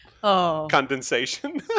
condensation